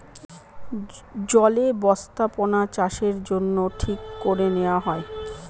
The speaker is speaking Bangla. জলে বস্থাপনাচাষের জন্য ঠিক করে নেওয়া হয়